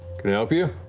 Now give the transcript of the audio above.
can i help you?